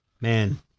man